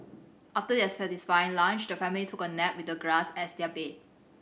after their satisfying lunch the family took a nap with the grass as their bed